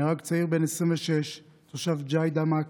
נהרג צעיר בן 26, תושב ג'דיידה-מכר,